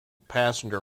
passenger